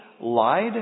lied